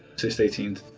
so stay tuned